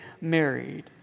married